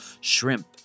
shrimp